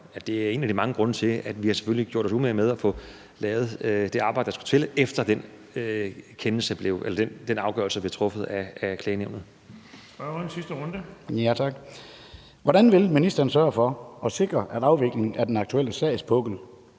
Det er en af de mange grunde til, at vi selvfølgelig har gjort os umage med at få lavet det arbejde, der skulle til, efter den afgørelse blev truffet af klagenævnet. Kl. 13:32 Den fg. formand (Erling Bonnesen): Så er